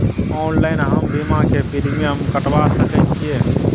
Online हम बीमा के प्रीमियम कटवा सके छिए?